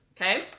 okay